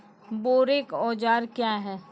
बोरेक औजार क्या हैं?